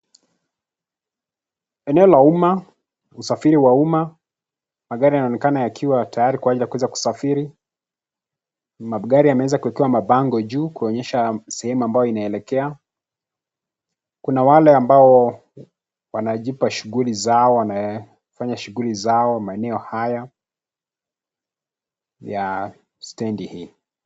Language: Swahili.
Eneo la umma, usafiri wa umma. Magari yanaonekana yakiwa tayari kuanza kuweza kusafiri. magari yameanza kuekewa mabango juu kuonyesha sehemu ambayo inaelekea. Kuna wale ambao wanajipa shughuli zao, wamefanya shughuli zao maeneo haya ya stedi hii.